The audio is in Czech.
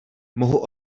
mohu